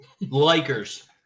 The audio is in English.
Lakers